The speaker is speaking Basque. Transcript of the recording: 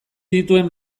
dituen